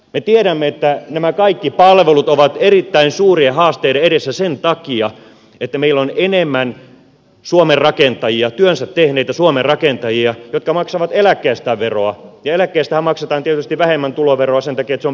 me tiedämme että nämä kaikki palvelut ovat erittäin suurien haasteiden edessä sen takia että meillä on enemmän suomen rakentajia työnsä tehneitä suomen rakentajia jotka maksavat veroa eläkkeestään ja eläkkeestähän maksetaan tietysti vähemmän tuloveroa sen takia että se on pienempi kuin palkka